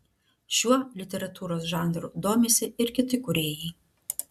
šiuo literatūros žanru domisi ir kiti kūrėjai